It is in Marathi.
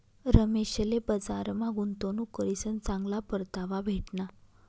रमेशले बजारमा गुंतवणूक करीसन चांगला परतावा भेटना